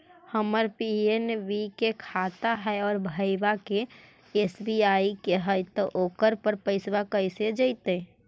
हमर पी.एन.बी के खाता है और भईवा के एस.बी.आई के है त ओकर पर पैसबा कैसे जइतै?